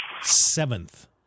Seventh